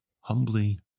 humbly